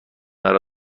مرا